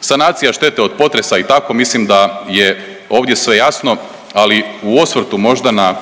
Sanacija štete od potresa i tako mislim da je ovdje sve jasno, ali u osvrtu možda na